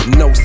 no